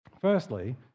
Firstly